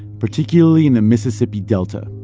particularly in the mississippi delta.